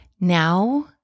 now